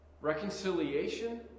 reconciliation